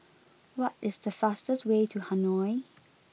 what is the fastest way to Hanoi